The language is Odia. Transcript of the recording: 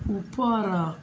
ଉପର